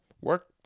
work